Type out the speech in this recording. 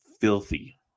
filthy